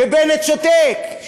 ובנט שותק.